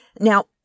Now